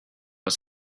was